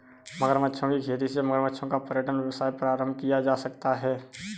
मगरमच्छों की खेती से मगरमच्छों का पर्यटन व्यवसाय प्रारंभ किया जा सकता है